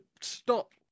stop